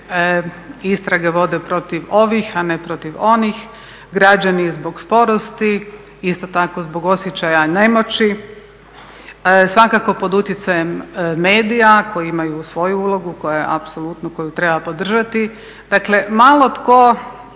istrage vode protiv ovih, a ne protiv onih, građani zbog sporosti, isto tako zbog osjećaja nemoći, svakako pod utjecajem medija koji imaju svoju ulogu koju apsolutno treba podržati. Dakle malo tko